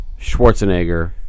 Schwarzenegger